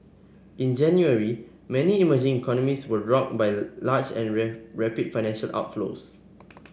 in January many emerging economies were rocked by large and rapid financial outflows